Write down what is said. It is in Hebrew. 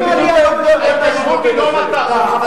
זה אולי מצע קדימה, זה לא הליכוד.